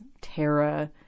Tara